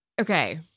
okay